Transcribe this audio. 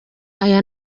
aya